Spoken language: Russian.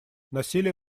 насилие